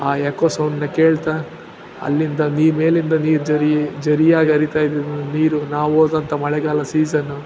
ಆ ಎಕೋ ಸೌಂಡನ್ನ ಕೇಳ್ತಾ ಅಲ್ಲಿಂದ ನೀರು ಮೇಲಿಂದ ನೀರು ಝರಿ ಝರಿಯಾಗ್ ಹರಿತಾ ಇದ್ದಿದ್ದ ನೀರು ನಾವೋದಂಥ ಮಳೆಗಾಲ ಸೀಸನ್ನು